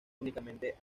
únicamente